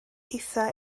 hithau